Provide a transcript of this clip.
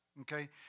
okay